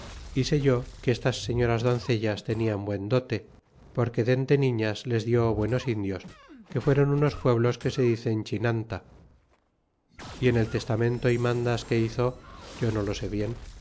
sé yo que estas señoras doncellas tenian buen dote porque dende niñas les di buenos indios que fueron unos pueblos que se dicen chinanta y en el testamento y mandas que hizo yo no lo sé bien